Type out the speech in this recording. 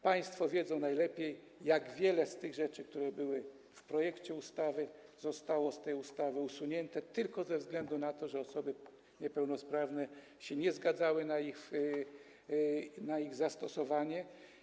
Państwo wiedzą najlepiej, jak wiele z tych rzeczy, które były w projekcie ustawy, zostało z tej ustawy usuniętych tylko ze względu na to, że osoby niepełnosprawne nie zgadzały się na ich zastosowanie.